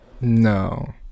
No